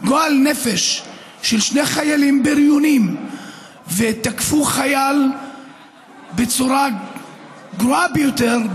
גועל נפש של שני חיילים בריונים שתקפו חייל בצורה גרועה ביותר,